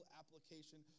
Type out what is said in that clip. application